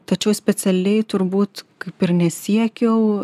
tačiau specialiai turbūt kaip ir nesiekiau